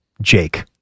Jake